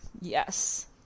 yes